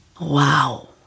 Wow